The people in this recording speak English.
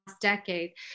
decade